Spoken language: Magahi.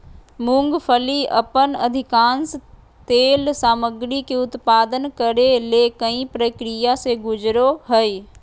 मूंगफली अपन अधिकांश तेल सामग्री के उत्पादन करे ले कई प्रक्रिया से गुजरो हइ